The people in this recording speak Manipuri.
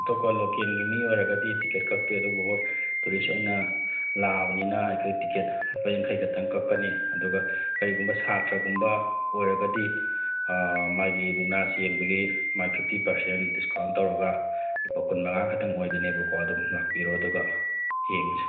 ꯑꯇꯣꯞꯄ ꯂꯣꯀꯦꯜꯒꯤ ꯃꯤ ꯑꯣꯏꯔꯒꯗꯤ ꯇꯤꯀꯦꯠ ꯀꯛꯇꯦ ꯑꯗꯨꯕꯨ ꯍꯣꯏ ꯇꯨꯔꯤꯁ ꯑꯣꯏꯅ ꯂꯥꯛꯂꯕꯅꯤꯅ ꯑꯩꯈꯣꯏ ꯇꯤꯀꯦꯠ ꯂꯨꯄꯥ ꯌꯥꯡꯈꯩ ꯈꯛꯇꯪ ꯀꯛꯀꯅꯤ ꯑꯗꯨꯒ ꯀꯔꯤꯒꯨꯝꯕ ꯁꯥꯇ꯭ꯔꯒꯨꯝꯕ ꯑꯣꯏꯔꯒꯗꯤ ꯃꯥꯒꯤ ꯃꯨꯛꯅꯥꯁꯤ ꯌꯦꯡꯕꯒꯤ ꯃꯥꯒꯤ ꯐꯤꯐꯇꯤ ꯄꯥꯔꯁꯦꯟ ꯗꯤꯁꯀꯥꯎꯟ ꯇꯧꯔꯒ ꯂꯨꯄꯥ ꯀꯨꯟꯃꯉꯥ ꯈꯛꯇꯪ ꯑꯣꯏꯒꯅꯦꯕꯀꯣ ꯑꯗꯨꯝ ꯂꯥꯛꯄꯤꯔꯣ ꯑꯗꯨꯒ ꯌꯦꯡꯁꯤ